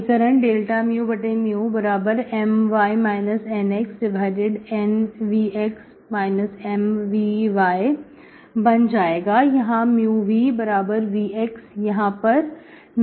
समीकरण dμMy NxNvx Mvy बन जाएगा यहां vv यहां पर mu x y है